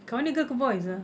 kawan dia girl ke boy sia